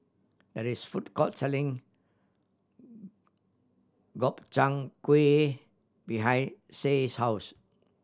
there is a food court selling Gobchang Gui behind Shay's house